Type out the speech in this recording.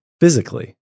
Physically